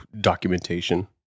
documentation